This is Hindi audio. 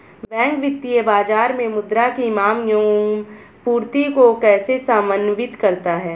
बैंक वित्तीय बाजार में मुद्रा की माँग एवं पूर्ति को कैसे समन्वित करता है?